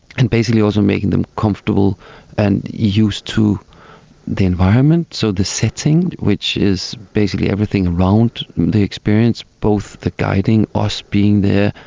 and basically also making them comfortable and used to the environment, so the setting which is basically everything around the experience, both the guiding, us being there,